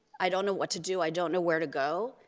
i don't know what to do, i don't know where to go.